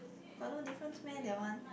got no difference meh that one